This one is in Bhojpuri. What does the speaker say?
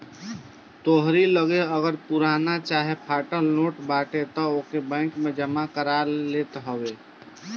तोहरी लगे अगर पुरान चाहे फाटल नोट बाटे तअ ओके बैंक जमा कर लेत हवे